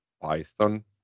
Python